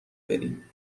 بریم